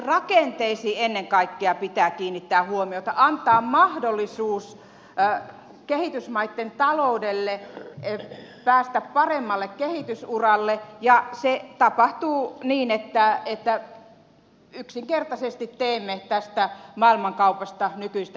näihin rakenteisiin ennen kaikkea pitää kiinnittää huomiota antaa mahdollisuus kehitysmaitten taloudelle päästä paremmalle kehitysuralle ja se tapahtuu niin että yksinkertaisesti teemme tästä maailmankaupasta nykyistä reilumpaa